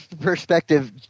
perspective